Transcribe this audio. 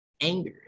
anger